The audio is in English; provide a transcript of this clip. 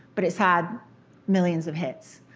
but it's had millions of hits.